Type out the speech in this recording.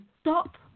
stop